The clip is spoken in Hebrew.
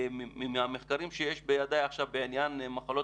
ומהמחקרים שיש בידיי עכשיו בעניין מחלות